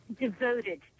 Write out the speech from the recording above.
devoted